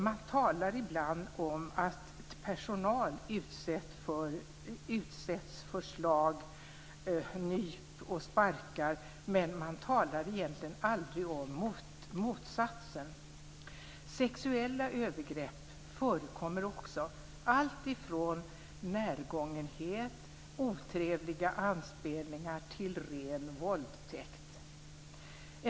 Man talar ibland om att personal utsätts för slag, nyp och sparkar, men man talar egentligen aldrig om motsatsen. Sexuella övergrepp förekommer också, alltifrån närgångenhet och otrevliga anspelningar till ren våldtäkt.